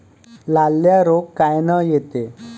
लाल्या रोग कायनं येते?